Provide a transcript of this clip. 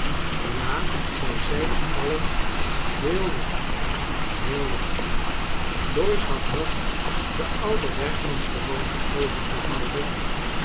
ja zij zijn alien heel wel heel wel doyce had nog de oude werkmansgewoonte overgehouden